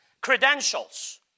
credentials